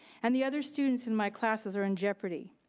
and the other students in my classes are in jeopardy.